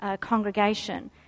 Congregation